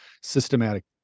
systematic